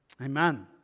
Amen